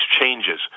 changes